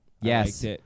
yes